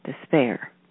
despair